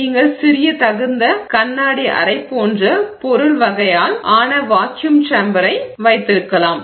நீங்கள் சிறிய தகுந்த கண்ணாடி கலன் அறை போன்ற பொருள் வகையால் ஆன வாக்யும் சேம்பரை வைத்திருக்கலாம்